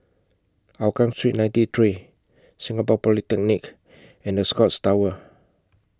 Hougang Street ninety three Singapore Polytechnic and The Scotts Tower